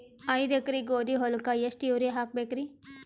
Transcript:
ಐದ ಎಕರಿ ಗೋಧಿ ಹೊಲಕ್ಕ ಎಷ್ಟ ಯೂರಿಯಹಾಕಬೆಕ್ರಿ?